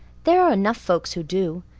there are enough folks who do.